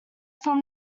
from